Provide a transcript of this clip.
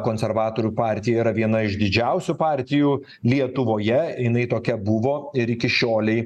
konservatorių partija yra viena iš didžiausių partijų lietuvoje jinai tokia buvo ir iki šiolei